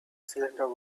cylinder